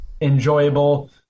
enjoyable